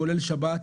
כולל שבת.